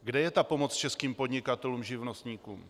Kde je ta pomoc českým podnikatelům, živnostníkům?